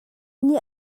nih